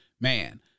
Man